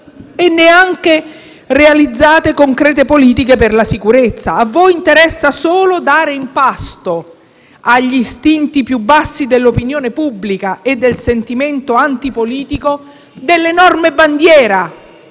e non realizzate neanche concrete politiche per la sicurezza: a voi interessa solo dare in pasto agli istinti più bassi dell'opinione pubblica e del sentimento antipolitico delle norme bandiera,